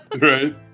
Right